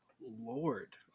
Lord